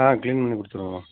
ஆ clean பண்ணி கொடுத்துருங்கம்மா